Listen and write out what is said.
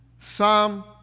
Psalm